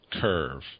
curve